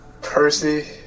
Percy